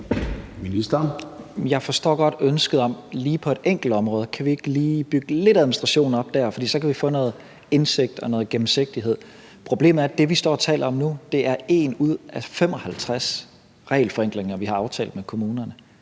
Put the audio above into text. man siger: Kan vi ikke lige på et enkelt område bygge lidt mere administration op? for så kan vi få noget indsigt og noget gennemsigtighed. Problemet er, at det, vi står og taler om nu, er én ud af 55 regelforenklinger, vi har aftalt med kommunerne.